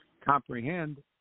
comprehend